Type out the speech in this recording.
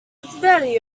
very